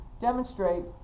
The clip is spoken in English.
demonstrate